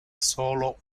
solo